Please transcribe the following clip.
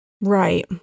Right